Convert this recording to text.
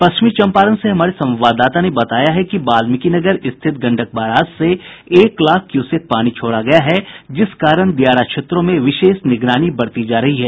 पश्चिमी चंपारण से हमारे संवाददाता ने बताया है कि वात्मिकी नगर स्थित गंडक बराज से एक लाख क्यूसेक पानी छोड़ा गया है जिस कारण दियारा क्षेत्रों में विशेष निगरानी बरती जा रही है